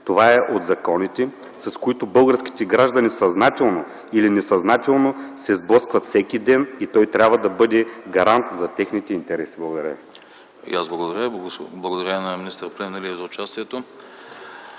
Това е от законите, с които българските граждани съзнателно или несъзнателно се сблъскват всеки ден и той трябва да бъде гарант за техните интереси. Благодаря.